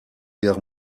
guerre